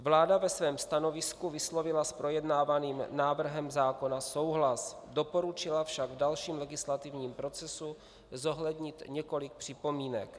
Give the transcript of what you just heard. Vláda ve svém stanovisku vyslovila s projednávaným návrhem zákona souhlas, doporučila však v dalším legislativním procesu zohlednit několik připomínek.